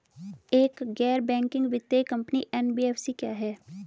एक गैर बैंकिंग वित्तीय कंपनी एन.बी.एफ.सी क्या है?